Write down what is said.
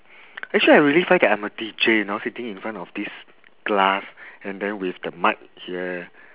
actually I really find that I'm a D_J you know sitting in front of this glass and then with the mic here